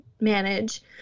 manage